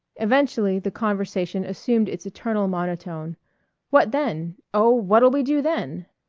eventually the conversation assumed its eternal monotone what then? oh, what'll we do then?